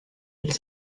elle